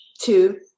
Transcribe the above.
Two